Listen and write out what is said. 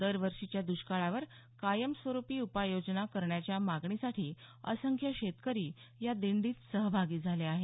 दरवर्षीच्या दुष्काळावर कायमस्वरुपी उपाययोजना करण्याच्या मागणीसाठी असंख्य शेतकरी या दिंडी सहभागी झाले आहेत